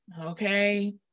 okay